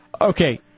Okay